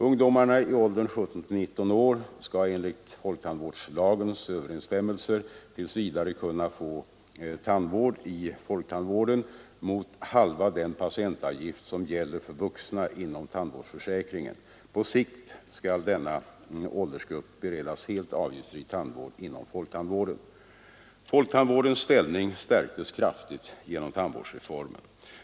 Ungdomarna i åldern 17—19 år skall enligt folktandvårdslagens övergångsbestämmelser tills vidare kunna få tandvård i folktandvården mot halva den patientavgift som gäller för vuxna inom tandvårdsförsäkringen. På sikt skall denna åldersgrupp beredas helt avgiftsfri tandvård inom folktandvården. Folktandvårdens ställning stärktes kraftigt genom tandvårdsreformen.